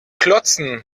klotzen